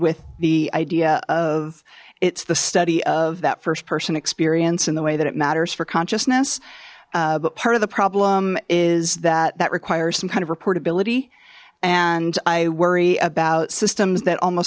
with the idea of it's the study of that first person experience in the way that it matters for consciousness but part of the problem is that that requires some kind of report ability and i worry about systems that almost